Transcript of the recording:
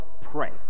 pray